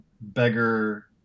beggar